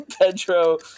Pedro